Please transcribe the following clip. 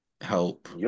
help